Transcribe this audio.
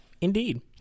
Indeed